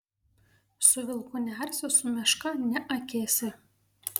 su vilku nearsi su meška neakėsi